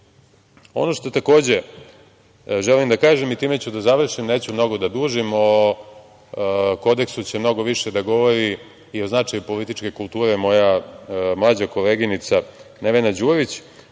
što takođe želim da kažem i time ću da završim, neću mnogo da dužim, o kodeksu će mnogo više da govori i o značaju političke kulture moja mlađa koleginica Nevena Đurić,